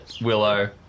Willow